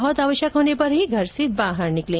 बहुत आवश्यक होने पर ही घर से बाहर निकलें